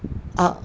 ah